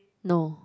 no